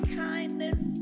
kindness